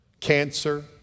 cancer